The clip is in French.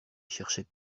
cherchait